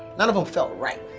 none of them felt right.